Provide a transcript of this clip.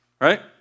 right